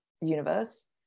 universe